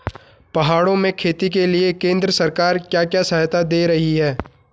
पहाड़ों में खेती के लिए केंद्र सरकार क्या क्या सहायता दें रही है?